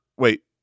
wait